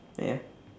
ya